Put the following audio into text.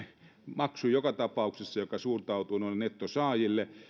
maksu joka suuntautuu noille nettosaajille